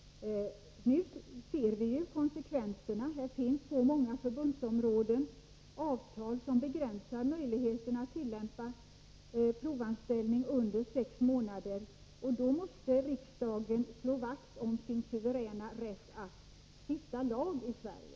Nu ser vi konsekvenserna. På många förbundsområden finns avtal som begränsar möjligheterna att tillämpa provanställning under sex månader. Då måste riksdagen slå vakt om sin suveräna rätt att stifta lag i Sverige.